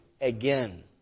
again